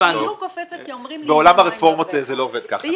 אני לא קופצת --- בעולם הרפורמות זה לא עובד ככה.